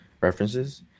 References